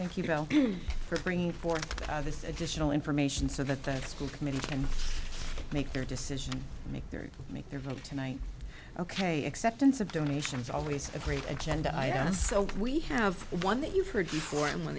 thank you for bringing forth this additional information so that that school committee can make their decision and make their make their vote tonight ok acceptance of donation is always a great agenda i ask so we have one that you've heard before and one